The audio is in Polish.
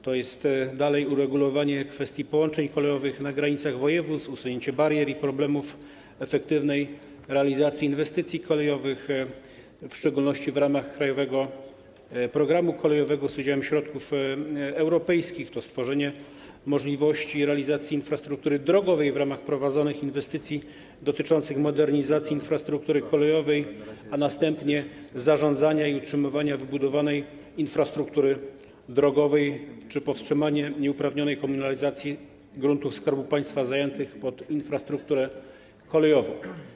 To jest, dalej, uregulowanie kwestii połączeń kolejowych na granicach województw, usunięcie barier i problemów dotyczących efektywnej realizacji inwestycji kolejowych, w szczególności w ramach krajowego programu kolejowego, z udziałem środków europejskich, to stworzenie możliwości realizacji i realizacja infrastruktury drogowej w ramach prowadzonych inwestycji dotyczących modernizacji infrastruktury kolejowej, a następnie zarządzanie i utrzymywanie wybudowanej infrastruktury drogowej czy powstrzymanie nieuprawnionej komunalizacji gruntów Skarbu Państwa zajętych pod infrastrukturę kolejową.